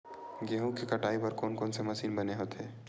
गेहूं के कटाई बर कोन कोन से मशीन बने होथे?